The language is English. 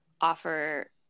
offer